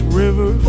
river